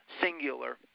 singular